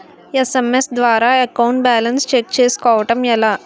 SMS ద్వారా account balance check చేసుకోవటం ఎలా?